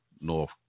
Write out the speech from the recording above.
north